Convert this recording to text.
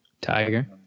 Tiger